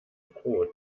brot